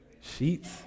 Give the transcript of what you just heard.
Sheets